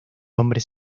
hombres